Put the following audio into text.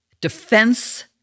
defense